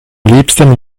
liebsten